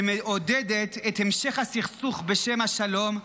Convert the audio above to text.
שמעודדת את המשך הסכסוך בשם השלום,